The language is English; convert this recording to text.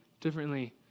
differently